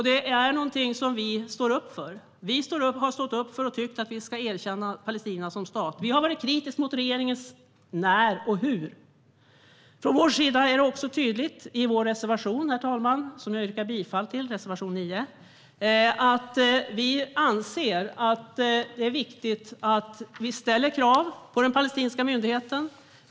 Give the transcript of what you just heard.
Det är någonting som vi står upp för. Vi har stått upp för och tyckt att Sverige ska erkänna Palestina som stat. Vi har varit kritiska mot regeringens när och hur. Herr talman! Jag yrkar bifall till vår reservation, nr 9. I den är det tydligt att vi anser att det är viktigt att vi ställer krav på den palestinska myndigheten.